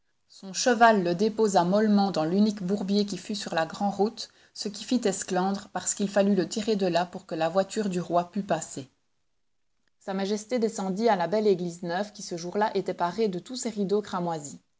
son cheval le déposa mollement dans l'unique bourbier qui fût sur la grande route ce qui fit esclandre parce qu'il fallut le tirer de là pour que la voiture du roi put passer sa majesté descendit à la belle église neuve qui ce jour-là était parée de tous ses rideaux cramoisis